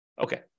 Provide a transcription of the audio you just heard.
Okay